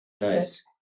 Nice